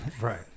Right